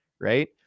Right